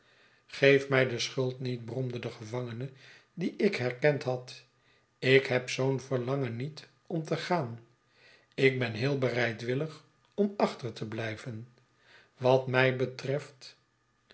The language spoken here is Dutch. geef mij de schuld niet bromde de gevangene dien ik herkend had ik heb zoo'n verlangen niet om te gaan ik ben heel bereidwillig om achter te blijven wat mij betreft